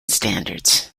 standards